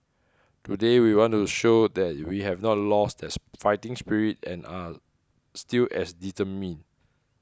today we want to show that we have not lost that fighting spirit and are still as determined